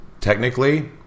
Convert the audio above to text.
Technically